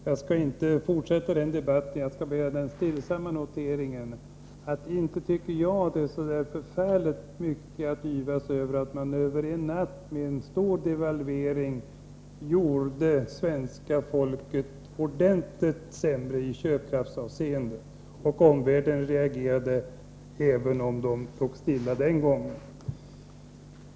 Jag skall inte fortsätta den debatten — jag skall bara göra den stillsamma noteringen att inte tycker jag att det är så förfärligt mycket att yvas över att man över en natt med en stor devalvering gjorde det ordentligt sämre för svenska folket i köpkraftsavseende. Och omvärlden reagerade, även om man där låg stilla den gången.